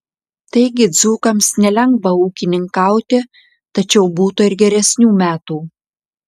taigi dzūkams nelengva ūkininkauti tačiau būta ir geresnių metų